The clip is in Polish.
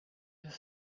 jest